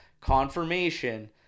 confirmation